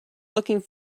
looking